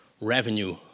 revenue